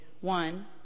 one